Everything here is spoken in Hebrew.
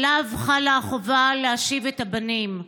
עליו חלה החובה להשיב את הבנים.